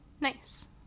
Nice